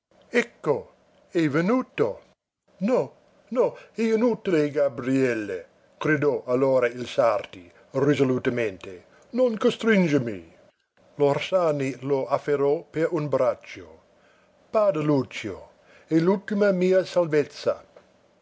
ecco è venuto no no è inutile gabriele gridò allora il sarti risolutamente non costringermi l'orsani lo afferrò per un braccio bada lucio è l'ultima mia salvezza